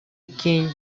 иккен